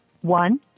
one